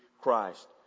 Christ